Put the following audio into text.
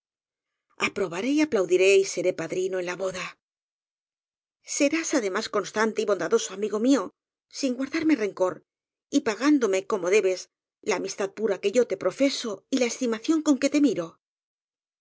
padrino aprobaré aplaudiré y seré padrino en la boda serás además constante y bondadoso amigo mío sin guardarme rencor y pagándome como debes la amistad pura que yo te profeso y la esti mación con que te miro